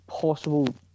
possible